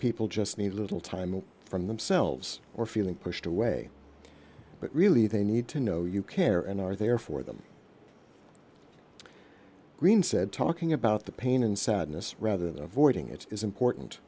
people just need a little time away from themselves or feeling pushed away but really they need to know you care and are there for them green said talking about the pain and sadness rather than avoiding it is important